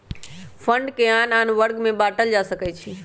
fund के आन आन वर्ग में बाटल जा सकइ छै